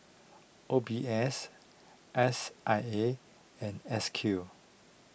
O B S S I A and S Q